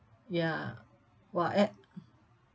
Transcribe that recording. ya !wah! at